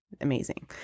amazing